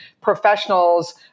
professionals